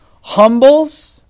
humbles